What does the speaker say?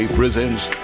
presents